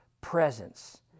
presence